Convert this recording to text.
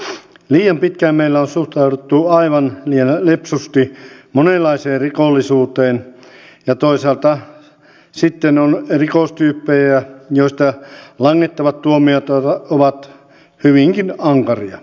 liian pitkään meillä on suhtauduttu aivan liian lepsusti monenlaiseen rikollisuuteen ja toisaalta sitten on rikostyyppejä joista langetettavat tuomiot ovat hyvinkin ankaria